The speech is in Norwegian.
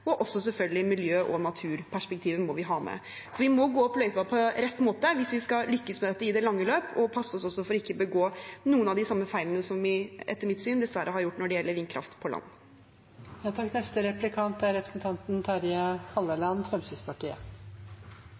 og vi må selvfølgelig også ha med miljø- og naturperspektivet. Vi må gå opp løypa på rett måte hvis vi skal lykkes med dette i det lange løp, og passe oss for ikke å begå noen av de samme feilene som vi etter mitt syn dessverre har gjort når det gjelder vindkraft på land.